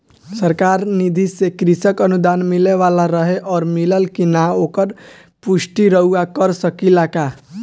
सरकार निधि से कृषक अनुदान मिले वाला रहे और मिलल कि ना ओकर पुष्टि रउवा कर सकी ला का?